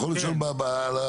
אתה יכול לשאול על התוספת.